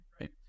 right